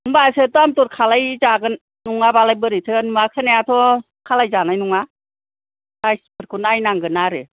होनबासो दाम दर खालामजागोन नङाबालाय बोरैथो नुवा खोनायाथ' खालाम जानाय नङा सायज फोरखौ नायनांगोन आरो